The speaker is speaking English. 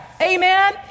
Amen